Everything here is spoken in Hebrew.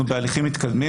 אנחנו בהליכים מתקדמים,